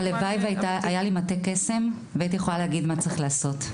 הלוואי והיה לי מטה קסם והייתי יכולה להגיד מה צריך לעשות.